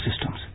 systems